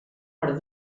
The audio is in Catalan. per